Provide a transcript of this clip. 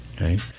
Right